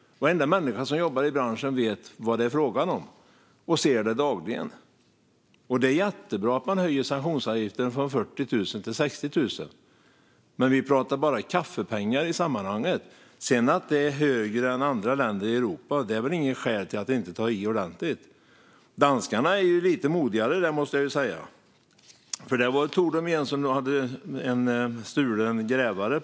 Varenda människa som jobbar i branschen vet vad det är fråga om och ser det dagligen. Det är jättebra att man höjer sanktionsavgiften från 40 000 till 60 000. Men vi pratar bara om kaffepengar i sammanhanget. Att det är högre än i andra länder i Europa är inget skäl till att inte ta i ordentligt. Danskarna är lite modigare. De tog en lastbil med en stulen grävare.